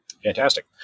Fantastic